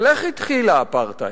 אבל איך התחיל האפרטהייד?